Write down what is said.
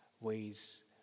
ways